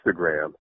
Instagram